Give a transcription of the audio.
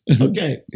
Okay